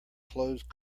close